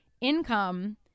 income